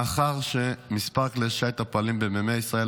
מאחר שמספר כלי השיט הפועלים במימי ישראל,